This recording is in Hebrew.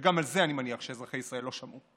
גם על זה אני מניח שאזרחי ישראל לא שמעו.